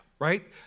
Right